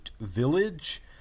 Village